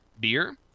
beer